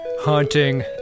Haunting